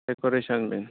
decoration बी